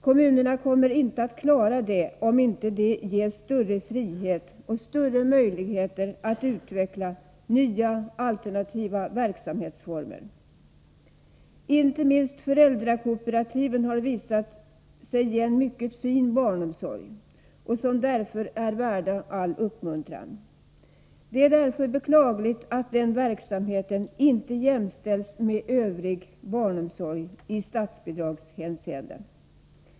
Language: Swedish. Kommunerna kommer inte att klara det om de inte ges större frihet och större möjligheter att utveckla nya alternativa verksamhetsformer. Inte minst föräldrakooperativen har visat sig ge en mycket fin barnomsorg, och de är värda all uppmuntran. Det är därför beklagligt att den verksamheten inte jämställs med övrig barnomsorg i statsbidragshänseende.